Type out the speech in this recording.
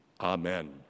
Amen